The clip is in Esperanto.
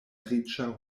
riĉa